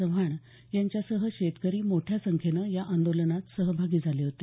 चव्हाण यांच्यासह शेतकरी मोठ्या संख्येनं या आंदोलनात सहभागी झाले होते